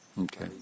Okay